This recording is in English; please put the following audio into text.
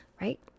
Right